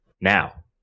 now